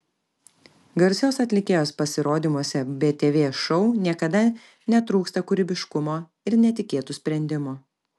garsios atlikėjos pasirodymuose btv šou niekada netrūksta kūrybiškumo ir netikėtų sprendimų